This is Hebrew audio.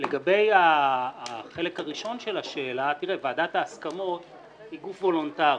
לגבי החלק הראשון של השאלה - ועדת ההסכמות היא גוף וולונטרי,